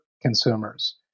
consumers